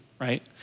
right